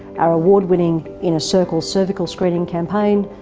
our award winning inner circle cervical screening campaign,